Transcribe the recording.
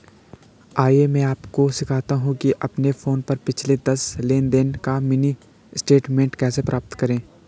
आइए मैं आपको सिखाता हूं कि अपने फोन पर पिछले दस लेनदेन का मिनी स्टेटमेंट कैसे प्राप्त करें